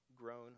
Grown